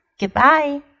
goodbye